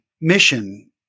mission